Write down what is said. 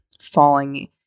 falling